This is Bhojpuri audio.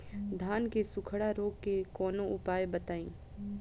धान के सुखड़ा रोग के कौनोउपाय बताई?